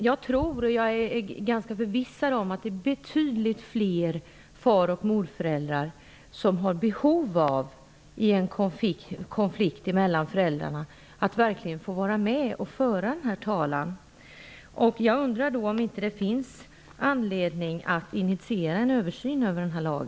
Jag är dock ganska förvissad om att betydligt många fler far och morföräldrar har behov att vara med och föra talan vid en konflikt mellan föräldrarna. Finns det då inte anledning att initiera en översyn av denna lag?